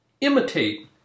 Imitate